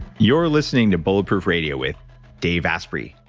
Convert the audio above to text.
you're listening to bulletproof radio with dave asprey.